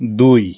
দুই